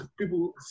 people